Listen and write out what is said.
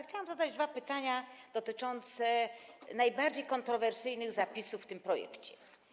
Chciałam zadać dwa pytania dotyczące najbardziej kontrowersyjnych zapisów w tym projekcie.